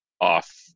off